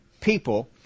people